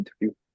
interview